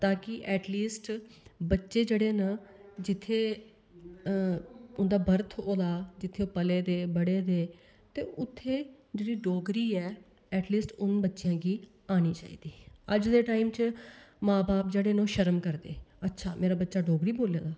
ताकी एटलीस्ट बच्चे जेह्ड़े न जित्थें उंदा बर्थ होये दा जित्थें पले दे बढ़े दे ते उत्थें जेह्ड़ी डोगरी ऐ एटलीस्ट उनें बच्चें गी आनी चाहिदी अज्ज दे टाईम च मां बाप न ओह् शर्म करदे अच्छा मेरा बच्चा डोगरी बोल्ला दा